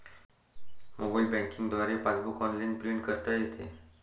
mobile banking द्वारे passbook online print करता येते